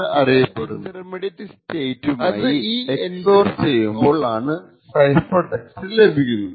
അത് ഈ എൻക്രിപ്ഷൻ ഓപ്പറേഷനിലെ ചില ഇൻറ്റർമീഡിയറ്റ് സ്റ്റേറ്റുമായി xor ചെയ്യുമ്പോൾ ആണ് സൈഫർ ടെക്സ്റ്റ് ലഭിക്കുന്നത്